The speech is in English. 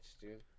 dude